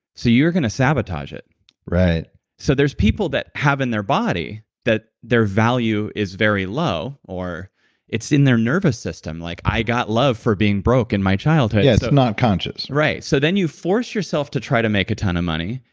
so you're going to sabotage it right so, there's people that have in their body that their value is very low, or it's in their nervous system. like, i got love for being broke in my childhood yeah, it's so not conscious right. so then you force yourself to try to make a ton of money,